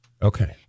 Okay